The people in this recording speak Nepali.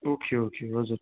ओके ओके हजुर